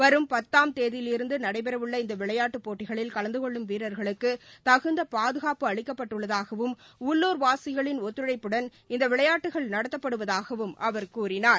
வரும் பத்தாம் தேதியிலிருந்து நடைபெறவுள்ள இந்த விளையாட்டுப் போட்டிகளில் கலந்து கொள்ளும் வீரர்களுக்கு தகுந்த பாதுகாப்பு அளிக்கப்பட்டுள்ளதாகவும் உள்ளூர் வாசிகளின் ஒத்துழைப்புடன் இந்த விளையாட்டுக்கள் நடத்தப்படுவதாகவும் அவர் கூறினார்